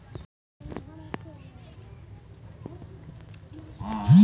सम्पत्ति कर के रूप में सरकारें जनता से वार्षिक कर लेवेऽ हई